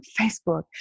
Facebook